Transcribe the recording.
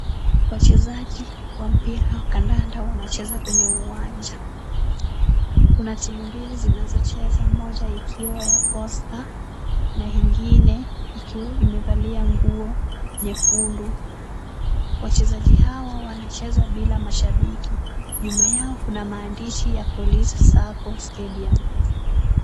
Wachezaji wa mpira wa kandanda wanacheza kwenye uwanja. Kuna timu mbili zinazocheza, moja ikiwa ya Posta na ingine ikiwa imevalia nguo nyekundu. Wachezaji hawa wanacheza bila mashabiki. Nyuma yao kuna maandishi ya police sacco stadium .